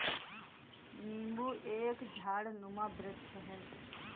नींबू एक झाड़नुमा वृक्ष है